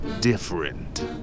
different